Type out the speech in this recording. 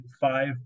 five